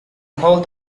hold